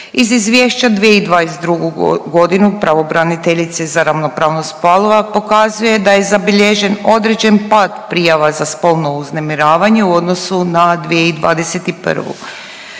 Iz izvješća 2022. godinu Pravobraniteljica za ravnopravnost spolova pokazuje da je zabilježen određen pad prijava za spolno uznemiravanje u odnosu na 2021.